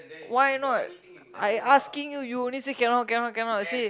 why not I asking you you only say cannot cannot cannot say